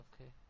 okay